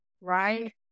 Right